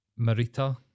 Marita